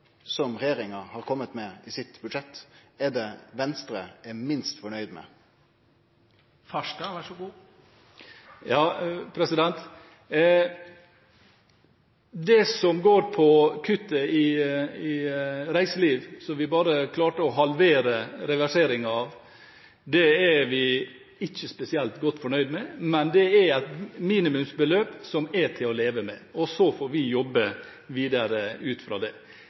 som regjeringa har kome med i budsjettet sitt, er det Venstre er minst fornøgd med? Det som går på kuttet i reiseliv, som vi bare klarte å halvere reverseringen av, er vi ikke spesielt godt fornøyd med. Men det er et minimumsbeløp som er til å leve med, og så får vi jobbe videre ut fra det.